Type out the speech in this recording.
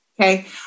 Okay